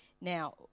Now